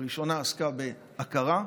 הראשונה עסקה בהכרה,